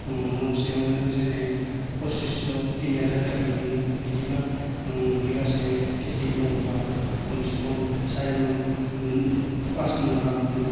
महनसेयावनो जोङो फसिस्स' थिन हाजार ओरै मोनो बिदिबा बिगासे खेथि मावोबा खमसे खम सारिमन फासमन गाहाम मोनो